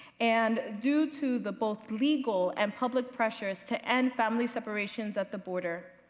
and due to the both legal and public pressures to end family separations at the border,